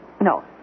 No